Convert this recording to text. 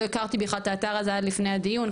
לא הכרתי את האתר הזה עד לפני הדיון,